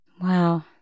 Wow